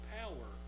power